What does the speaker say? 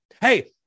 Hey